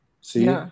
See